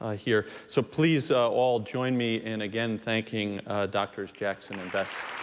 ah here. so please, all, join me in again thanking doctors jackson and vest.